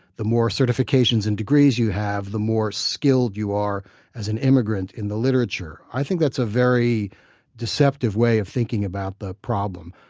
the more certifications and degrees you have, the more skilled you are as an immigrant in the literature. i think that's a very deceptive way of thinking about the problem.